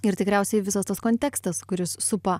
ir tikriausiai visas tas kontekstas kuris supa